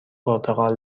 پرتغال